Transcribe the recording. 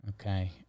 Okay